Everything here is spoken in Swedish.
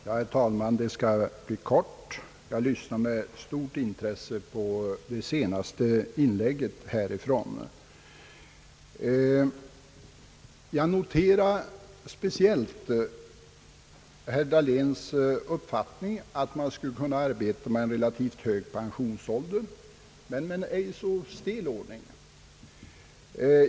Herr talman! Jag skall fatta mig kort. Jag lyssnade med stort intresse på det senaste inlägget och noterade speciellt herr Dahléns uppfattning, att man skulle kunna arbeta med en relativt hög pensionsålder men med en mindre stel ordning.